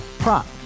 Prop